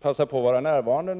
passar på att vara närvarande.